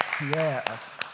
Yes